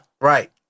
Right